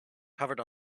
covered